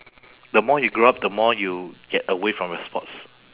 the more you grow up the more you get away from the sports